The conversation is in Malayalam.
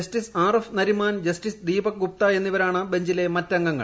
justice R F Nariman justice Deepak Gupta എന്നിവരാണ് ബഞ്ചിലെ മറ്റംഗങ്ങൾ